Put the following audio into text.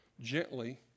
gently